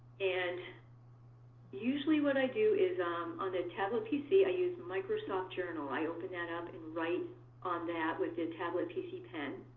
and usually what i do is um on the tablet pc, i use microsoft journal. i open that up and write on that with the tablet pc pen.